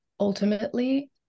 Ultimately